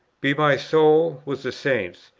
be my soul with the saints!